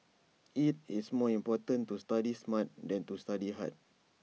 IT is more important to study smart than to study hard